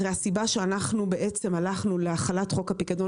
הרי הסיבה שהלכנו על החלת חוק הפיקדון